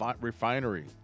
refinery